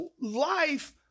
life